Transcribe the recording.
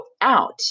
out